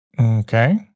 Okay